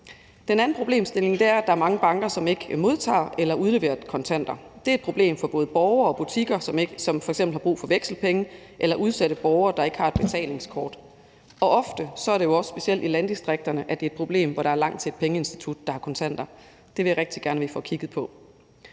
Den anden problemstilling er, at der er mange banker, der ikke modtager eller udleverer kontanter. Det er et problem for både borgere og butikker, som f.eks. har brug for vekslepenge, eller for udsatte borgere, der ikke har et betalingskort. Ofte er det også specielt i landdistrikterne, at det er et problem, da der kan være langt til et pengeinstitut, der har kontanter. Det vil jeg rigtig gerne have vi får kigget på.